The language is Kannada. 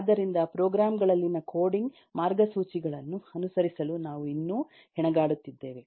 ಆದ್ದರಿಂದ ಪ್ರೊಗ್ರಾಮ್ ಗಳಲ್ಲಿನ ಕೋಡಿಂಗ್ ಮಾರ್ಗಸೂಚಿಗಳನ್ನು ಅನುಸರಿಸಲು ನಾವು ಇನ್ನೂ ಹೆಣಗಾಡುತ್ತಿದ್ದೇವೆ